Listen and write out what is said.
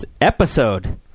episode